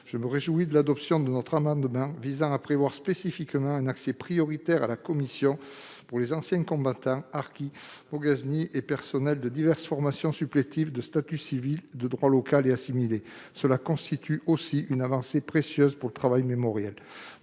Je me réjouis également de l'adoption de l'amendement visant à prévoir spécifiquement un accès prioritaire à la commission pour les anciens combattants harkis, moghaznis et personnels des diverses formations supplétives et assimilés de statut civil de droit local. Il s'agit, là aussi, d'une avancée précieuse pour le travail mémoriel.